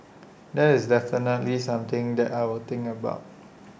that's definitely something that I will think about